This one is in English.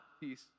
peace